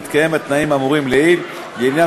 בהתקיים התנאים האמורים לעיל לעניין